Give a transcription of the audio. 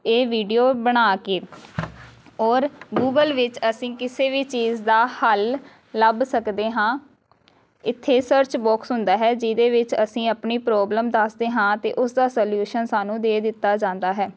ਇਹ ਵੀਡੀਓ ਬਣਾ ਕੇ ਔਰ ਗੂਗਲ ਵਿੱਚ ਅਸੀਂ ਕਿਸੇ ਵੀ ਚੀਜ਼ ਦਾ ਹੱਲ ਲੱਭ ਸਕਦੇ ਹਾਂ ਇੱਥੇ ਸਰਚ ਬੋਕਸ ਹੁੰਦਾ ਹੈ ਜਿਹਦੇ ਵਿੱਚ ਅਸੀਂ ਆਪਣੀ ਪ੍ਰੋਬਲਮ ਦੱਸਦੇ ਹਾਂ ਅਤੇ ਉਸਦਾ ਸਲਿਊਸ਼ਨ ਸਾਨੂੰ ਦੇ ਦਿੱਤਾ ਜਾਂਦਾ ਹੈ